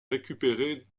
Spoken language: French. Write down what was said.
récupéré